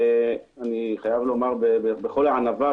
אני חייב לומר בכל הענווה,